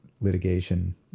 litigation